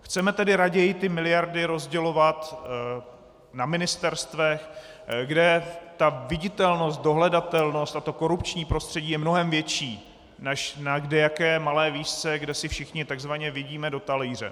Chceme tedy raději ty miliardy rozdělovat na ministerstvech, kde ta viditelnost, dohledatelnost a to korupční prostředí je mnohem větší než na kdejaké malé vísce, kde si všichni takzvaně vidíme do talíře?